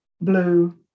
blue